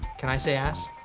can i say ass?